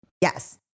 Yes